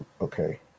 Okay